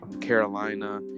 Carolina